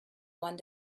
one